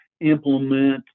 implement